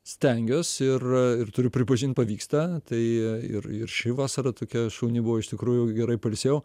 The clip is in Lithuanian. stengiuos ir ir turiu pripažint pavyksta tai ir ir ši vasara tokia šauni buvo iš tikrųjų gerai pailsėjau